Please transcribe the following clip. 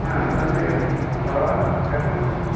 हा सम्यगस्मि भवान् कथमस्ति